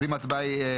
אז אם ההצבעה היא בעד,